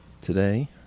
today